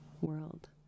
world